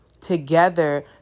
together